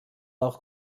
auch